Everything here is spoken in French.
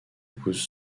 pousse